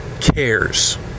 Cares